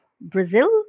Brazil